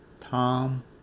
Tom